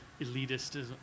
elitism